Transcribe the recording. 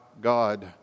God